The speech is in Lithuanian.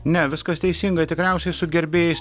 ne viskas teisingai tikriausiai su gerbėjais